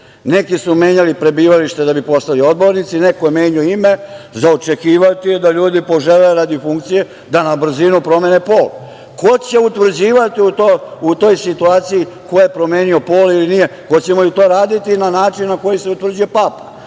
neki su menjali prebivalište da bi postali odbornici, neko je menjao ime, za očekivati je da ljudi požele, radi funkcije, da na brzinu promene pol. Ko će utvrđivati u toj situaciji ko je promenio pol ili nije? Hoćemo li to raditi na način koji se utvrđuje